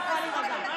את יכולה להירגע.